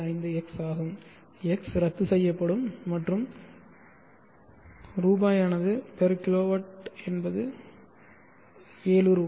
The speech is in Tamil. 825x ஆகும் x ரத்துசெய்யப்படும் மற்றும் ரூ கிலோவாட் என்பது 7 ரூ